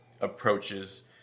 approaches